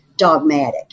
dogmatic